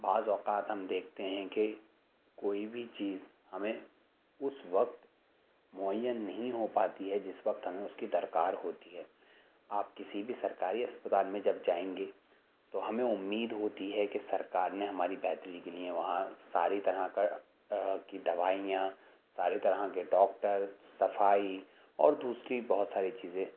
بعض اوقات ہم دیکھتے ہیں کہ کوئی بھی چیز ہمیں اس وقت معین نہیں ہو پاتی ہے جس وقت ہمیں اس کی درکار ہوتی ہے آپ کسی بھی سرکاری اسپتال میں جب جائیں گے تو ہمیں امید ہوتی ہے کہ سرکار نے ہماری بہتری کے لیے وہاں ساری طرح کا کی دوائیاں ساری طرح کے ڈاکٹر صفائی اور دوسری بہت ساری چیزیں